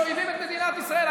שאויבים את מדינת ישראל.